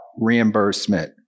reimbursement